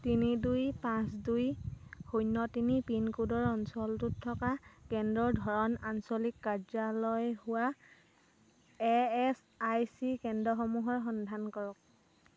তিনি দুই পাঁচ দুই শূন্য তিনি পিন ক'ডৰ অঞ্চলটোত থকা কেন্দ্ৰৰ ধৰণ আঞ্চলিক কাৰ্যালয় হোৱা ই এছ আই চি কেন্দ্ৰসমূহৰ সন্ধান কৰক